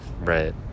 Right